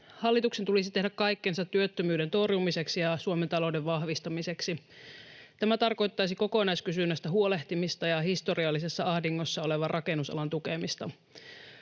Hallituksen tulisi tehdä kaikkensa työttömyyden torjumiseksi ja Suomen talouden vahvistamiseksi. Tämä tarkoittaisi kokonaiskysynnästä huolehtimista ja historiallisessa ahdingossa olevan rakennusalan tukemista.